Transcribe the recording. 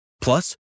plus